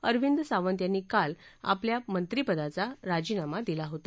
अरविंद सावंत यांनी काल आपल्या मंत्रिपदाचा राजीनामा दिला होता